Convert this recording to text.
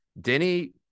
Denny